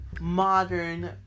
modern